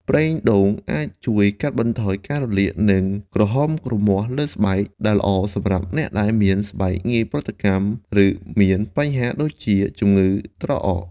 ប្រេងដូងអាចជួយ កាត់បន្ថយការរលាក និង ក្រហមរមាស់លើស្បែក ដែលល្អសម្រាប់អ្នកដែលមានស្បែកងាយប្រតិកម្ម ឬមានបញ្ហាដូចជា ជម្ងឺត្រអក។